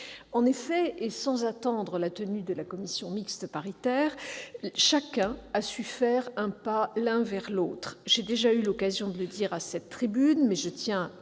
En effet, sans attendre la commission mixte paritaire, chacun a su faire un pas vers l'autre. J'ai déjà eu l'occasion de le dire à cette tribune, mais je tiens à